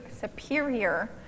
superior